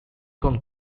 kong